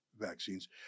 vaccines